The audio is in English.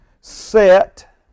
set